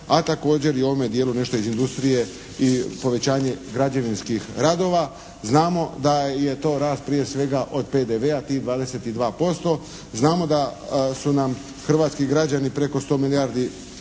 a također i u ovome dijelu nešto iz industrije i povećanje građevinskih radova. Znamo da je to rast prije svega od PDV-a tih 22%. Znamo da su nam hrvatski građani preko 100 milijardi